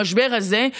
במשבר הזה,